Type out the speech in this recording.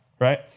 right